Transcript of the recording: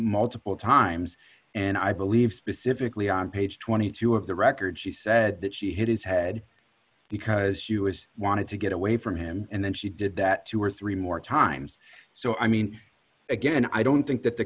multiple times and i believe specifically on page twenty two of the record she said that she hit his head because she was wanted to get away from him and then she did that two or three more times so i mean again i don't think that the